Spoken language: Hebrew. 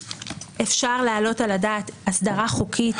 אפשר להעלות על הדעת הסדרה חוקית,